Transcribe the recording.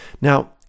Now